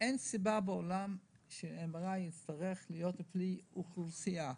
אין סיבה בעולם ש-MRI יצטרך להיות פר אוכלוסייה מסוימת.